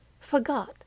Forgot